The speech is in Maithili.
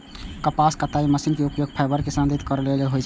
कपास कताइ मशीनक उपयोग फाइबर कें संसाधित करै लेल होइ छै